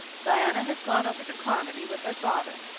diana has gone over to carmody with her father,